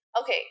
okay